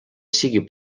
sigui